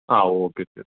ആ ഓക്കെ ശരി